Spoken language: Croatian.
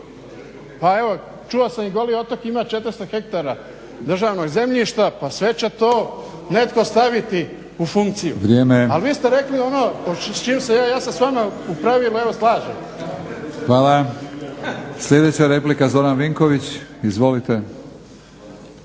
Pa evo čuo sam i Goli otok ima 400 hektara državnog zemljišta pa sve će to netko staviti u funkciju … /Upadica: Vrijeme./ …. Ali vi ste rekli ono s čim se ja se s vama u pravilo evo slažem. **Batinić, Milorad (HNS)** Hvala. Sljedeća replika Zoran Vinković. Izvolite.